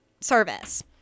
service